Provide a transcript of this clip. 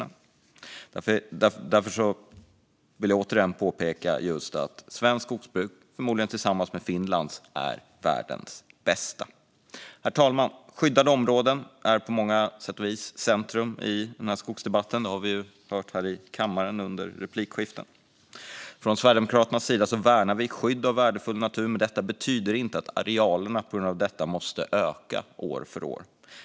Jag vill därför återigen påpeka att Sveriges skogsbruk, förmodligen tillsammans med Finlands, är världens bästa. Herr talman! Skyddade områden står på många sätt i centrum av skogsdebatten, som vi har hört här i kammaren under replikskiften. Från Sverigedemokraternas sida värnar vi skydd av värdefull natur, men detta betyder inte att arealerna måste öka år för år.